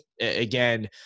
again